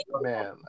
man